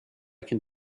can